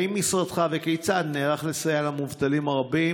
1. האם וכיצד משרדך נערך לסייע למובטלים הרבים,